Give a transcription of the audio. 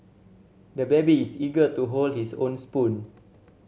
the baby is eager to hold his own spoon